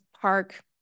Park